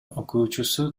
окуучусу